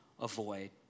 avoid